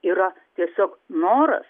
yra tiesiog noras